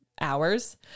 hours